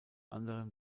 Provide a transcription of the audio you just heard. anderem